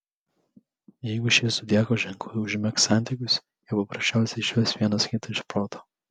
jeigu šie zodiako ženklai užmegs santykius jie paprasčiausiai išves vienas kitą iš proto